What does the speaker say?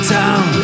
town